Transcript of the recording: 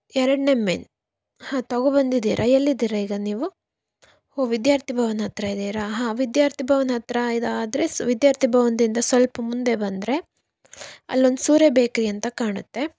ಎರಡನೇ ಮೇನ್ ಹಾಂ ತಗೋ ಬಂದಿದ್ದೀರಾ ಎಲ್ಲಿದ್ದೀರಾ ಈಗ ನೀವು ಓಹ್ ವಿದ್ಯಾರ್ಥಿ ಭವನ್ ಹತ್ತಿರ ಇದ್ದೀರಾ ಹಾಂ ವಿದ್ಯಾರ್ಥಿ ಭವನ್ ಹತ್ತಿರ ಇದಾದರೆ ವಿದ್ಯಾರ್ಥಿ ಭವನದಿಂದ ಸ್ವಲ್ಪ ಮುಂದೆ ಬಂದರೆ ಅಲ್ಲೊಂದು ಸೂರ್ಯ ಬೇಕ್ರಿ ಅಂತ ಕಾಣುತ್ತೆ